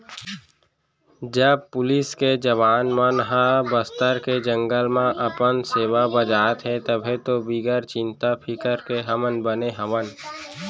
जब पुलिस के जवान मन ह बस्तर के जंगल म अपन सेवा बजात हें तभे तो बिगर चिंता फिकर के हमन बने हवन